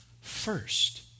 first